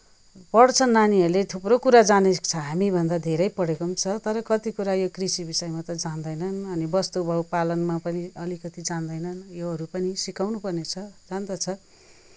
पढ्छन् नानीहरूले थुप्रो कुरा जानेको छ हामीभन्दा धेरै पढेको पनि छ तर कति कुरा यो कृषि विषयमा त जान्दैनन् अनि वस्तुभाउ पालनमा पनि अलिकति जान्दैनन् योहरू पनि सिकाउनु पर्नेछ जान्दछ